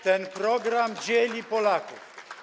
Ten program dzieli Polaków.